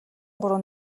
гурван